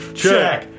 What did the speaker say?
check